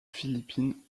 philippines